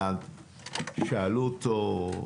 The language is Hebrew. שאלו אותו: